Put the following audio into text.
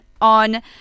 on